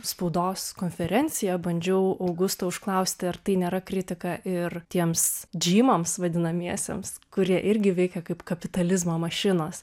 spaudos konferenciją bandžiau augusto užklausti ar tai nėra kritika ir tiems džymams vadinamiesiems kurie irgi veikia kaip kapitalizmo mašinos